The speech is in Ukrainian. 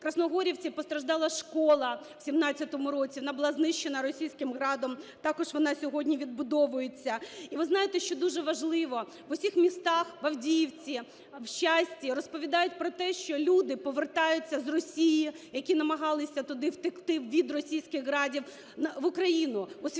В Красногорівці постраждала школа в 17-му році, вона була знищена російським "Градом", також вона сьогодні відбудовується. І ви знаєте, що дуже важливо, в усіх містах: в Авдіївці, в Щасті - розповідають про те, що люди повертаються з Росії, які намагалися туди втекти від російських "Градів", в Україну, усвідомлюючи,